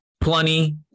plenty